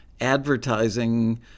advertising